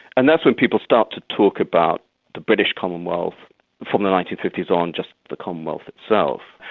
and that's when people start to talk about the british commonwealth from the nineteen fifty s on, just the commonwealth itself.